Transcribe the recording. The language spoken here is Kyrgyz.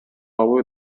алуу